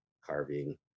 carving